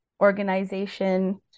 organization